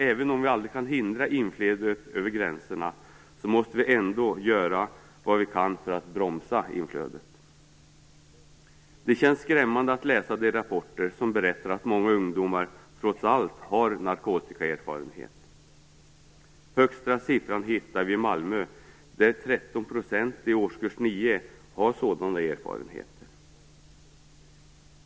Även om vi aldrig kan hindra inflödet över gränserna måste vi ändå göra vad vi kan för att bromsa inflödet. Det känns skrämmande att läsa de rapporter som berättar att många ungdomar trots allt har narkotikaerfarenhet. Högsta siffran hittar vi i Malmö, där 13 % i årskurs 9 har sådana erfarenheter.